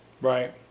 Right